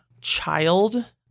child